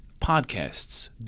podcasts